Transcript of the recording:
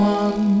one